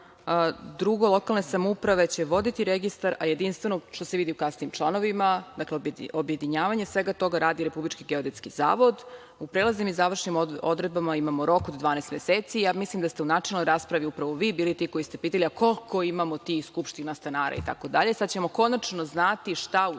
Drugo, lokalne samouprave će voditi registar, a jedinstveno, što se vidi u kasnijim članovima, dakle objedinjavanje svega toga radi Republički geodetski zavod. U prelaznim i završnim odredbama imamo rok od 12 meseci. Ja mislim da ste u načelnoj raspravi upravo vi bili ti koji ste pitali – a koliko imamo tih skupština stanara itd. Sada ćemo konačno znati šta u stvari